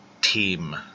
team